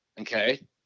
Okay